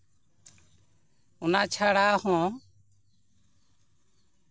ᱚᱱᱟ ᱪᱷᱟᱲᱟ ᱦᱚᱸ